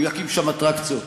הוא יקים שם אטרקציות,